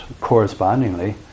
correspondingly